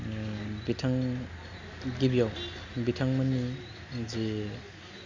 बिथां गिबियाव बिथांमोननि जि